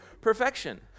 perfection